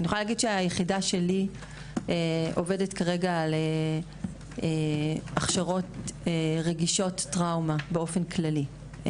היחידה שלי עובדת כרגע על הכשרות רגישות טראומה באופן כללי.